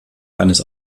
eines